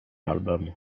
album